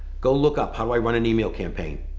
go look up, how do i run an email campaign?